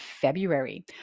February